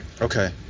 Okay